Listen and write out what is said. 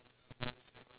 ya ya correct